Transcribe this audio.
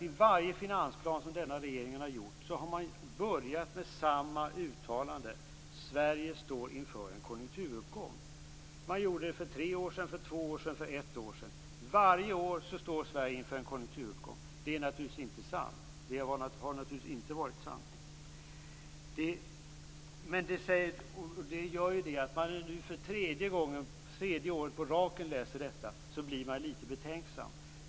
I varje finansplan som denna regering har presenterat har man börjat med samma uttalande: Sverige står inför en konjunkturuppgång. Man sade detta för tre år sedan, för två år sedan och för ett år sedan. Varje år står Sverige inför en konjunktuppgång. Det är naturligtvis inte sant, och det har inte varit sant. När man nu för tredje året i rad läser detta blir man litet betänksam.